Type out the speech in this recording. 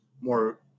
more